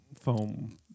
foam